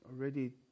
already